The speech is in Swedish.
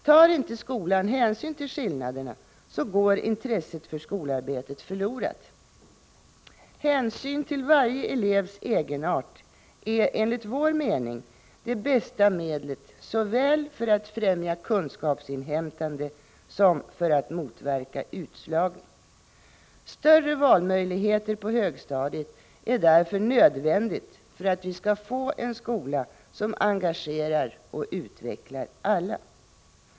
Tar inte skolan hänsyn till skillnaderna går intresset för skolarbetet förlorat. Hänsyn till varje elevs egenart är enligt vår mening det bästa medlet såväl för att främja kunskapsinhämtandet som för att motverka utslagning. Det är därför nödvändigt med större valmöjligheter på högstadiet för att vi skall få en skola som engagerar och utvecklar alla.